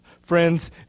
friends